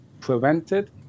prevented